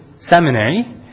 seminary